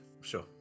Sure